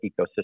ecosystem